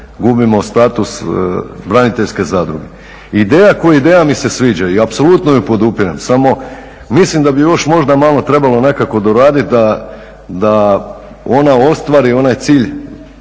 gubimo status braniteljske zadruge. Ideja kao ideja mi se sviđa i apsolutno ju podupirem, samo mislim da bi još možda malo trebalo nekako doraditi da ona ostvari onaj cilj,